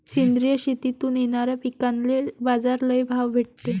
सेंद्रिय शेतीतून येनाऱ्या पिकांले बाजार लई भाव भेटते